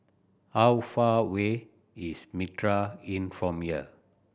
how far away is Mitraa Inn from here